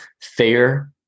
fair